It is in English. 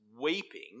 weeping